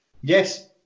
Yes